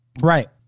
right